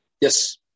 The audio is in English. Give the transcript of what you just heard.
Yes